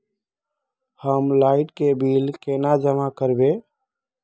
हम लाइट के बिल केना जमा करबे?